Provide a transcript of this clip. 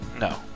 No